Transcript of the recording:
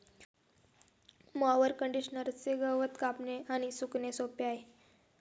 mower कंडिशनरचे गवत कापणे आणि सुकणे सोपे आहे